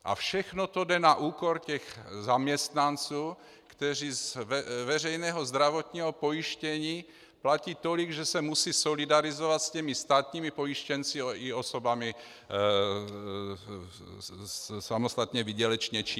A všechno to jde na úkor zaměstnanců, kteří z veřejného zdravotního pojištění platí tolik, že se musí solidarizovat s těmi státními pojištěnci i osobami samostatně výdělečně činnými.